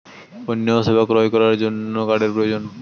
পণ্য ও সেবা ক্রয় করার জন্য কোন কার্ডের প্রয়োজন?